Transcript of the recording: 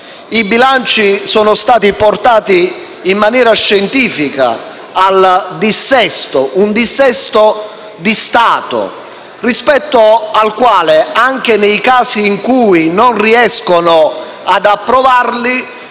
I bilanci sono stati portati in maniera scientifica al dissesto: un dissesto di Stato, rispetto al quale, anche nei casi in cui non si riescano ad approvare,